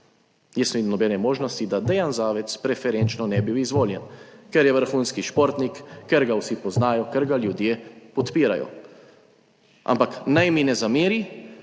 ne vidim nobene možnosti, da Dejan Zavec preferenčno ne bi bil izvoljen, ker je vrhunski športnik, ker ga vsi poznajo, ker ga ljudje podpirajo. Ampak naj mi ne zameri